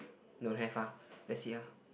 don't have ah that's it ah